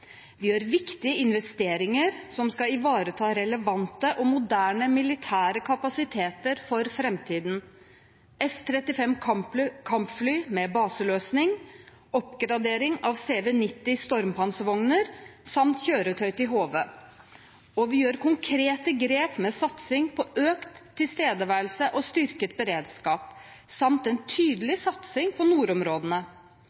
Vi gjør viktige investeringer som skal ivareta relevante og moderne militære kapasiteter for framtiden: F-35 kampfly med baseløsning oppgraderinger av CV 90 stormpanservogner kjøretøy til HV Vi gjør også konkrete grep med satsing på økt tilstedeværelse og styrket beredskap, samt en tydelig satsing på nordområdene: permanent tilstedeværelse med en ubåt i nord flere flytimer med overvåkingsfly i nordområdene